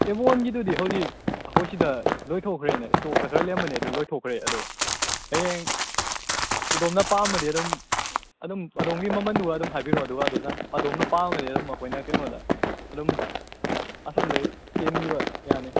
ꯑꯦꯕꯣꯟꯒꯤꯗꯨꯗꯤ ꯍꯧꯖꯤꯛ ꯑꯩꯈꯣꯏ ꯁꯤꯗ ꯂꯣꯏꯊꯣꯛꯈ꯭ꯔꯦꯅꯦ ꯏꯁꯇꯣꯛꯇ ꯈꯔ ꯂꯩꯔꯝꯕꯅꯤ ꯑꯗꯨ ꯂꯣꯏꯊꯣꯛꯈ꯭ꯔꯦ ꯑꯗꯣ ꯍꯌꯦꯡ ꯑꯗꯣꯝꯅ ꯄꯥꯝꯃꯗꯤ ꯑꯗꯨꯝ ꯑꯗꯨꯝ ꯑꯗꯣꯝꯒꯤ ꯃꯃꯜꯗꯨꯒ ꯑꯗꯨꯝ ꯍꯥꯏꯕꯤꯔꯛꯑꯣ ꯑꯗꯨꯒ ꯑꯗꯨꯗ ꯑꯗꯣꯝꯅ ꯄꯥꯝꯃꯗꯤ ꯑꯗꯨꯝ ꯑꯩꯈꯣꯏꯅ ꯀꯩꯅꯣꯗ ꯑꯗꯨꯝ ꯑꯁꯣꯝꯗꯩ ꯆꯦꯟꯈꯤꯕ ꯌꯥꯅꯤ